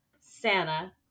Santa